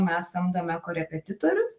mes samdome korepetitorius